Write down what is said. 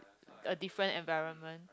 a different environment